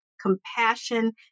compassion